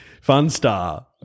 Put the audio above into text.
Funstar